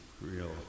real